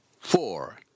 four